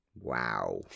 Wow